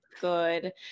good